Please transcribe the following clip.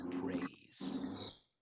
praise